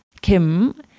Kim